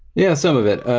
yeah, some of it.